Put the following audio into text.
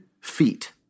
feet